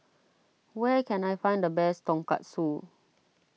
where can I find the best Tonkatsu